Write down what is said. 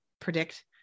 predict